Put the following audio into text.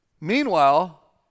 Meanwhile